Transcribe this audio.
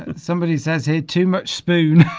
and somebody says here too much spoon